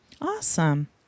Awesome